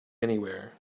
anywhere